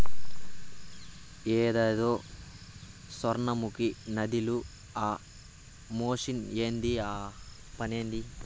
ఏందద సొర్ణముఖి నదిల ఆ మెషిన్ ఏంది ఆ పనేంది